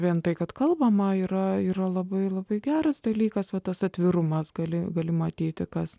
vien tai kad kalbama yra yra labai labai geras dalykas o tas atvirumas gali gali matyti kas